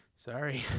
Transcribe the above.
Sorry